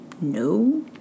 No